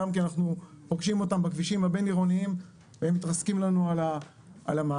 אנחנו פוגשים אותם בכבישים הבין עירוניים והם מתרסקים לנו על המעקות.